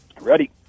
ready